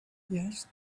just